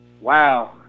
Wow